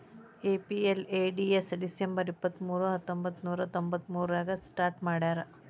MPLADS December ಇಪ್ಪತ್ಮೂರು ಹತ್ತೊಂಬಂತ್ತನೂರ ತೊಂಬತ್ತಮೂರಾಗ ಸ್ಟಾರ್ಟ್ ಮಾಡ್ಯಾರ